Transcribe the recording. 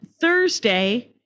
Thursday